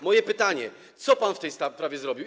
Moje pytanie: Co pan w tej sprawie zrobił?